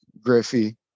Griffey